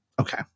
Okay